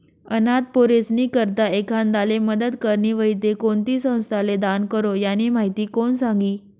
अनाथ पोरीस्नी करता एखांदाले मदत करनी व्हयी ते कोणती संस्थाले दान करो, यानी माहिती कोण सांगी